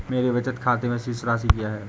मेरे बचत खाते में शेष राशि क्या है?